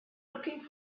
looking